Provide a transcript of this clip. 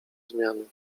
zmiany